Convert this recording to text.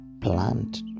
plant